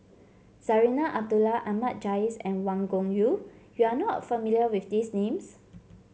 Zarinah Abdullah Ahmad Jais and Wang Gungwu you are not familiar with these names